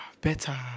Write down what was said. better